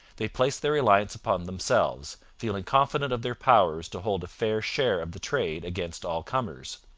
they placed their reliance upon themselves, feeling confident of their power to hold a fair share of the trade against all comers.